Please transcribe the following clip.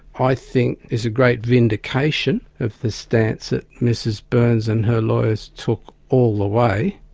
i think, is a great vindication of the stance that mrs byrnes and her lawyers took all the way,